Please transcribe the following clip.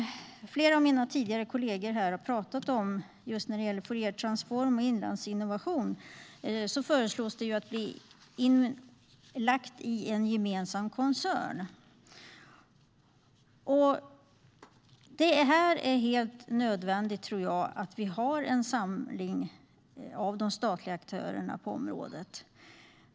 Flera av mina kollegor har talat här tidigare om att när det gäller just Fouriertransform och Inlandsinnovation föreslås att de ska läggas in i en gemensam koncern. Jag tror att det är helt nödvändigt att vi samlar de statliga aktörerna på området.